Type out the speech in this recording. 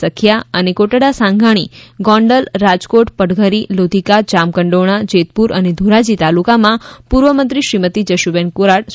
સખિયા અને કોટડાસાંગાણી ગોંડલ રાજકોટ પડધરી લોધીકા જામકંડોરણા જેતપુર અને ધોરાજી તાલુકામાં પૂર્વ મંત્રી શ્રીમતી જશુબેન કોરાટ સુશાસન તા